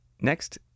Next